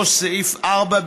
3. סעיף 4,